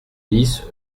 bis